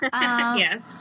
Yes